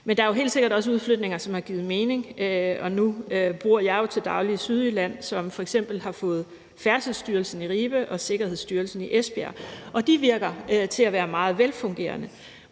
Men der er jo helt sikkert også udflytninger, som har givet mening. Nu bor jeg jo til dagligt i Sydjylland, som f.eks. har fået Færdselsstyrelsen i Ribe og Sikkerhedsstyrelsen i Esbjerg, og de virker til at være meget velfungerende.